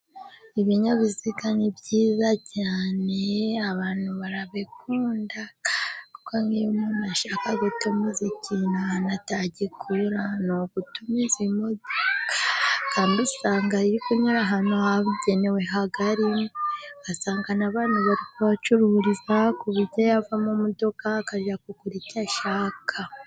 Ibinyabiziga ni byiza cyane, abantu barabikunda, kuko nk'iyo umuntu ashaka gutumiza ikintu ahantu atagikura, ni ugutumiza imodoka, Kandi usanga ari ukunyura ahantu habigenewe hagari, asanga n'abantu bari kuhacururiza, ku buryo yava mu modoka, akajya kugura icyo ashaka.